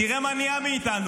תראה מה נהיה מאיתנו.